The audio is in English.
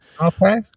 Okay